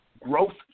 growth